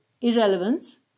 irrelevance